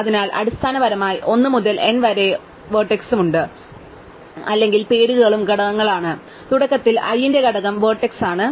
അതിനാൽ അടിസ്ഥാനപരമായി 1 മുതൽ n വരെ 1 മുതൽ n വരെ വെർട്ടെക്സും ഉണ്ട് അല്ലെങ്കിൽ പേരുകളും ഘടകങ്ങളാണ് തുടക്കത്തിൽ I ന്റെ ഘടകം വെർട്ടെക്സ് ആണ്